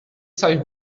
sei